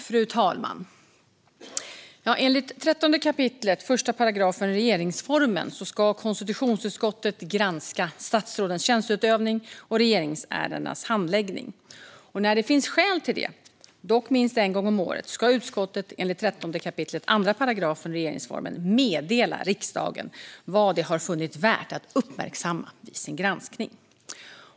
Fru talman! Enligt 13 kap. 1 § regeringsformen ska konstitutionsutskottet granska statsrådens tjänsteutövning och regeringsärendenas handläggning. När det finns skäl till detta, dock minst en gång om året, ska utskottet enligt 13 kap. 2 § regeringsformen meddela riksdagen vad det har funnit värt att uppmärksamma vid sin granskning.